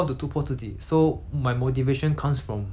me want to get better